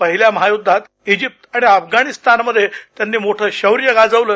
पहिल्या महायुद्धात इजित आणि अफगाणिस्तानमध्ये त्यांनी मोठं शौर्य गाजवलं